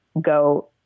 go